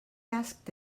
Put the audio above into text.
asked